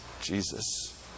Jesus